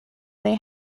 they